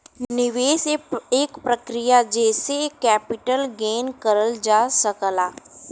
निवेश एक प्रक्रिया जेसे कैपिटल गेन करल जा सकला